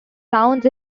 towns